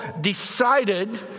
decided